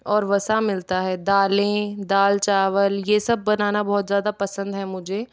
और वसा मिलता है दालें दाल चावल यह सब बनाना बहुत ज़्यादा पसंद है मुझे